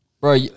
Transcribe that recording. Bro